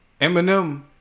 Eminem